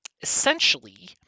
Essentially